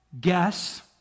guess